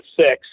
six